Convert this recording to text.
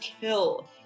kill